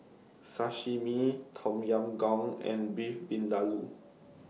Sashimi Tom Yam Goong and Beef Vindaloo